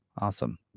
Awesome